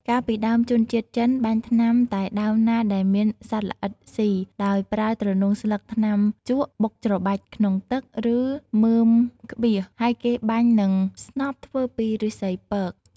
កាលពីដើមជនជាតិចិន បាញ់ថ្នាំតែដើមណាដែលមានសត្វល្អិតស៊ី ដោយប្រើទ្រនុងស្លឹកថ្នាំជក់បុកច្របាច់ក្នុង ទឹក ឬមើមក្បៀស ហើយគេបាញ់នឹងស្នប់ធ្វើពីឫស្សីពក។